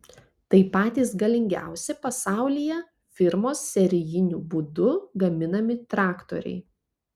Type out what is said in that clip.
tai patys galingiausi pasaulyje firmos serijiniu būdu gaminami traktoriai